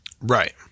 Right